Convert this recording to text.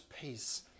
peace